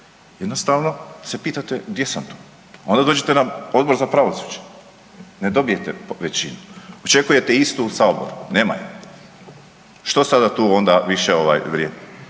Jednostavno se pitate gdje sam to? Onda dođete na Odbor za pravosuđe, ne dobijete većinu. Očekujete isto u Saboru. Nema je. Što sada tu onda više vrijedi